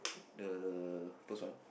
the first one